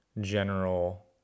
general